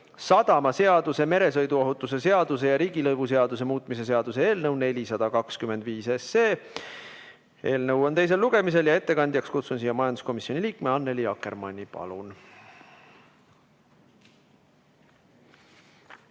sadamaseaduse, meresõiduohutuse seaduse ja riigilõivuseaduse muutmise seaduse eelnõu 425. Eelnõu on teisel lugemisel ja ettekandjaks kutsun siia majanduskomisjoni liikme Annely Akkermanni. Palun!